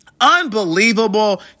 unbelievable